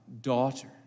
Daughter